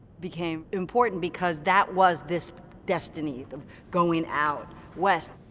became important because that was this destiny of going out west.